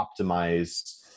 optimize